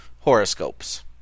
Horoscopes